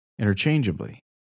interchangeably